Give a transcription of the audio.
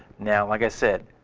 now, like i said,